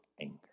anger